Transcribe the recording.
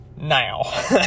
now